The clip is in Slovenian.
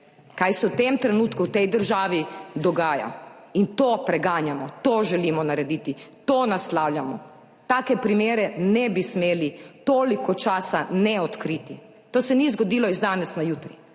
kaj se v tem trenutku v tej državi dogaja in to preganjamo, to želimo narediti, to naslavljamo. Take primere ne bi smeli toliko časa ne odkriti. To se ni zgodilo iz danes na jutri.